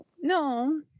No